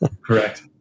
correct